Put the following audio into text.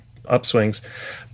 upswings